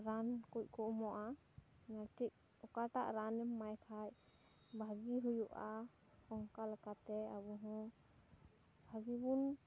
ᱨᱟᱱ ᱠᱚᱠᱚ ᱮᱢᱚᱜᱼᱟ ᱚᱠᱟᱴᱟᱜ ᱨᱟᱱᱮᱢ ᱮᱢᱟᱭ ᱠᱷᱟᱱ ᱵᱷᱟᱹᱜᱤ ᱦᱩᱭᱩᱜᱼᱟ ᱚᱱᱠᱟ ᱞᱮᱠᱟᱛᱮ ᱟᱵᱚ ᱦᱚᱸ ᱵᱷᱟᱹᱜᱤ ᱵᱚᱱ